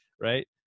Right